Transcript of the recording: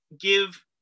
give